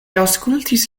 aŭskultis